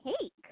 cake